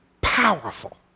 powerful